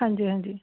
ਹਾਂਜੀ ਹਾਂਜੀ